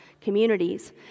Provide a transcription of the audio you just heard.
communities